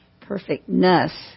perfectness